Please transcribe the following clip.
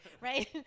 right